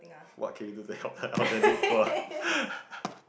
what can do you do to help the elderly poor